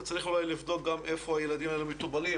וצריך אולי לבדוק איפה הילדים האלה מטופלים,